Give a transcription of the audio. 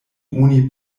oni